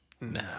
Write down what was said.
No